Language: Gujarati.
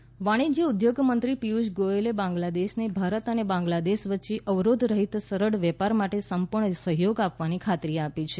ગોયલ વાણિજ્ય ઉદ્યોગ મંત્રી પિયૂષ ગોયલે બાગ્લાદેશને ભારત બાંગ્લાદેશ વચ્ચે અવરોધ રહિત સરળ વેપાર માટે સંપૂર્ણ સહયોગ આપવાની ખાતરી આપી છે